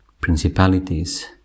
principalities